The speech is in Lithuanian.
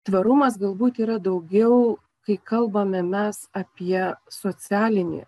tvarumas galbūt yra daugiau kai kalbame mes apie socialinį